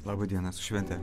laba diena su švente